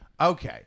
Okay